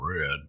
red